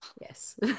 yes